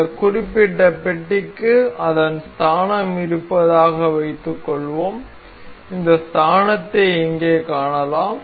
இந்த குறிப்பிட்ட பெட்டிக்கு அதன் ஸ்தானம் இருப்பதாக வைத்துக்கொள்வோம் இந்த ஸ்தானத்தை இங்கே காணலாம்